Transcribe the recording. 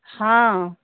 हँ